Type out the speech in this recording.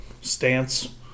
stance